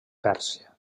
pèrsia